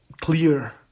clear